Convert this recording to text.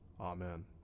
Amen